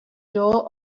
door